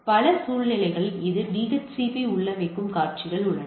பல சூழ்நிலைகளில் இது DHCP உள்ளமைக்கும் காட்சிகள் உள்ளன